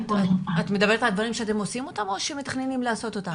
את מדברת על דברים שאתם עושים אותם או שמתכננים לעשות אותם?